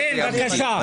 כן, בבקשה.